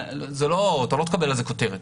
לא תקבל על זה כותרת,